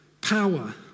power